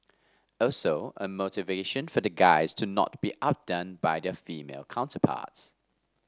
also a motivation for the guys to not be outdone by their female counterparts